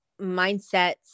mindsets